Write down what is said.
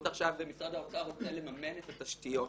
עכשיו ומשרד האוצר רוצה לממן את התשתיות.